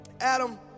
Adam